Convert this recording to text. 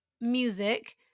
music